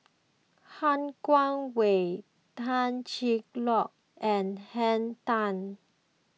Han Guangwei Tan Cheng Lock and Henn Tan